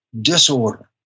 disorder